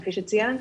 כפי שציינת.